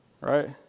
Right